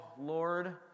Lord